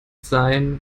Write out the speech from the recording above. sein